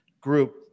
group